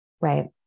Right